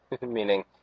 meaning